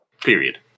Period